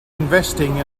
investing